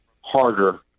harder